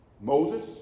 Moses